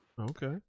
Okay